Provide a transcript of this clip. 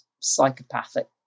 psychopathic